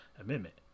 amendment